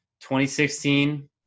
2016